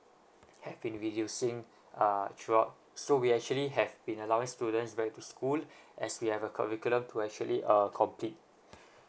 had been reducing uh throughout so we actually have been allowing students back to school as we have a curriculum to actually uh complete